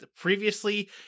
previously